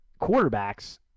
quarterbacks